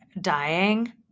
dying